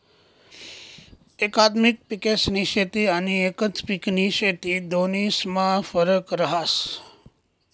एकात्मिक पिकेस्नी शेती आनी एकच पिकनी शेती दोन्हीस्मा फरक रहास